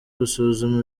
gusuzuma